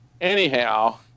anyhow